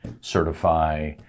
certify